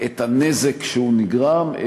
את הנזק שנגרם,